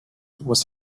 was